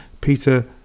peter